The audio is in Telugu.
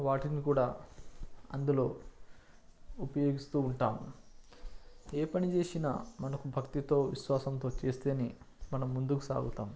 వాటిని కూడా అందులో ఉపయోగిస్తు ఉంటాం ఏ పని చేసినా మనం భక్తితో విశ్వాసంతో చేస్తేనే మనం ముందుకు సాగుతాం